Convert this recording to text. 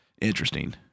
interesting